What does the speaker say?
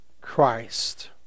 Christ